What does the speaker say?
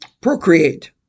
procreate